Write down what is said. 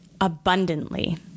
abundantly